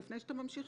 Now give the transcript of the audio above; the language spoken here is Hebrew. לפני שאתה ממשיך,